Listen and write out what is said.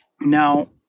Now